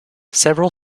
several